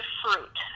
fruit